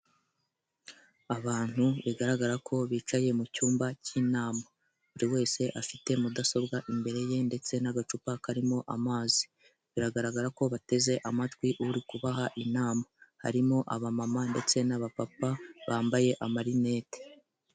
Abantu bigaragara ko bicaye mu cyumba cy'inama, buri wese afite mudasobwa imbere ye ndetse n'agacupa karimo amazi, biragaragara ko bateze amatwi uri kubaha inama, harimo aba mama ndetse n'aba papa bambaye amalinete.